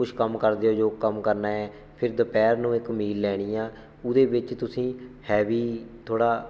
ਕੁਛ ਕੰਮ ਕਰਦੇ ਹੋ ਜੋ ਕੰਮ ਕਰਨਾ ਹੈ ਫਿਰ ਦੁਪਹਿਰ ਨੂੰ ਇੱਕ ਮੀਲ ਲੈਣੀ ਆ ਉਹਦੇ ਵਿੱਚ ਤੁਸੀਂ ਹੈਵੀ ਥੋੜ੍ਹਾ